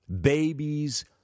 babies